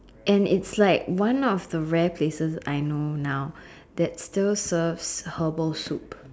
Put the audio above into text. and it's like one of the rare places I know now that still serves herbal soup